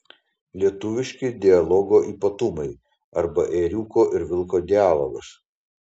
lietuviški dialogo ypatumai arba ėriuko ir vilko dialogas